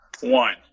one